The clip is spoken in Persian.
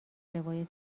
روایت